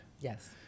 Yes